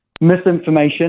misinformation